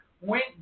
went